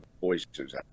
voices